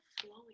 flowing